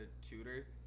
tutor